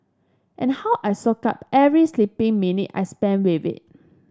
and how I soak up every sleeping minute I spend with it